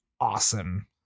awesome